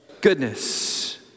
goodness